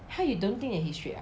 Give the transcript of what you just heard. ha you don't think he's straight ah